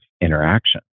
interaction